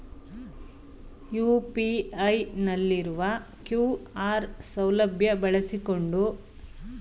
UPI ನಲ್ಲಿರುವ QR ಸೌಲಭ್ಯ ಬಳಸಿಕೊಂಡು ನಾನು ವಿಮೆ ಕಂತನ್ನು ಪಾವತಿಸಬಹುದೇ?